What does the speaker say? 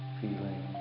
feeling